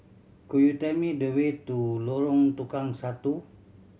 could you tell me the way to Lorong Tukang Satu